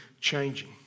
changing